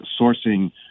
sourcing